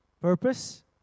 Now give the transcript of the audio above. Purpose